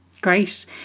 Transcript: Great